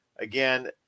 Again